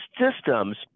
systems